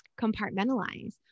compartmentalize